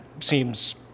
seems